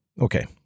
okay